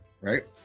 right